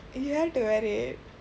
you have to wear it